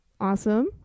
Awesome